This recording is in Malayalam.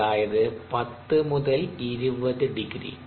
അതായത് 10 20 ഡിഗ്രി